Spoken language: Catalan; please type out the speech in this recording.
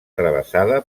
travessada